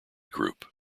group